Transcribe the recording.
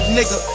Nigga